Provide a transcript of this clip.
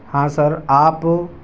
ہاں سر آپ